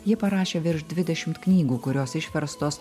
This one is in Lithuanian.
ji parašė virš dvidešimt knygų kurios išverstos